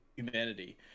humanity